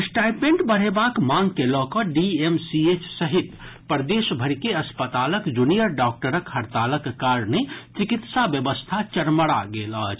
stipend बढ़ेबाक मांग के लऽ कऽ डीएमसीएच सहित प्रदेशभरि के अस्पतालक जूनियर डॉक्टरक हड़तालक कारणे चिकित्सा व्यवस्था चरमरा गेल अछि